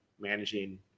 managing